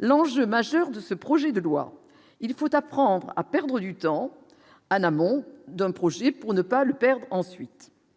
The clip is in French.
l'enjeu majeur de ce projet de loi, il faut apprendre à perdre du temps Anne d'un projet pour ne pas le perdre, ensuite